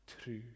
true